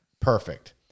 Perfect